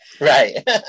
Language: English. Right